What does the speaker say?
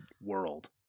world